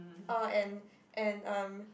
oh and and um